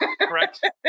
Correct